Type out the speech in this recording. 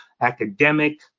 academic